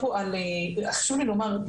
הרשו לי לומר,